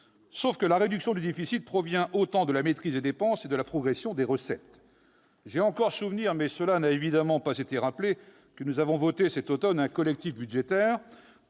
mais la réduction du déficit provient autant de la maîtrise des dépenses que de la progression des recettes. J'ai encore souvenir, mais cela n'a évidemment pas été rappelé, que nous avons voté cet automne un collectif budgétaire